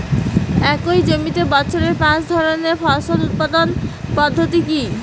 একই জমিতে বছরে পাঁচ ধরনের ফসল উৎপাদন পদ্ধতি কী?